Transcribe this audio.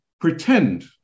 pretend